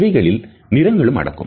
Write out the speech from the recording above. இவைகளில் நிறங்களும் அடங்கும்